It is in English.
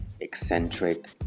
eccentric